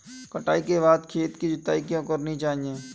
कटाई के बाद खेत की जुताई क्यो करनी चाहिए?